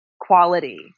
quality